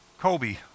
Kobe